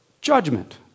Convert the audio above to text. judgment